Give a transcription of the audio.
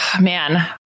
man